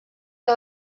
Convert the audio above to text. que